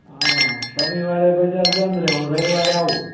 હં શનિવારે બજાર બંધ રહે હું રવિવારે આવું